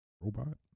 robot